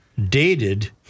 dated